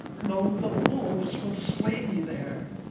lo, the wolves will slay me there,